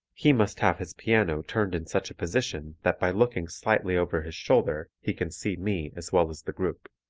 he must have his piano turned in such a position that by looking slightly over his shoulder he can see me as well as the group.